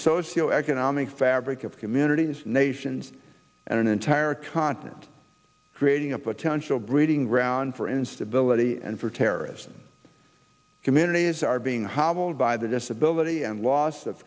socio economic fabric of communities nations and an entire continent creating a potential breeding ground for instability and for terrorist communities are being hobbled by the disability and loss of